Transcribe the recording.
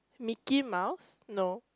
Mickey-Mouse no